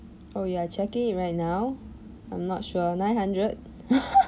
oh I checking it right now I'm not sure nine hundred